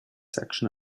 section